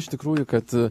iš tikrųjų kad